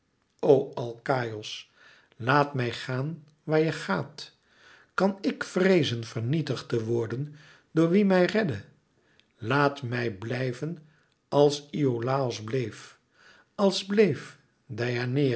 o alkaïos laat mij gaan waar je gaat kan ik vreezen vernietigd te worden door wie mij redde laat mij blijven als iolàos bleef als bleef